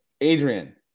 Adrian